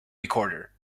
recorder